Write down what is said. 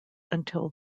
until